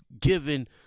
given